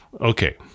okay